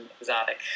exotic